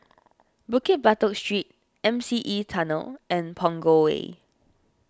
Bukit Batok Street M C E Tunnel and Punggol Way